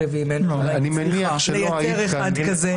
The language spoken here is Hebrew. ואם אין אז מציעה לייצר אחד כזה.